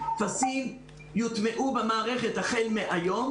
טפסים יוטמעו במערכת החל מהיום.